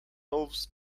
elves